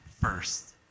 first